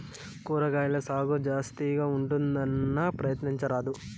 కూరగాయల సాగు జాస్తిగా ఉంటుందన్నా, ప్రయత్నించరాదూ